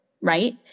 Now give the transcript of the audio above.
Right